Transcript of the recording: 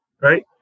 right